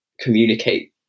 communicate